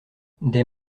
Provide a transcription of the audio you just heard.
des